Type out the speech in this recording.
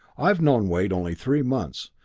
i've known wade only three months,